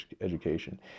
education